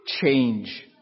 change